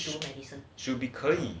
should be should be 可以